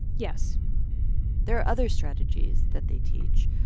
yes there are other strategies that they teach,